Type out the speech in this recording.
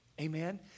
Amen